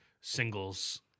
singles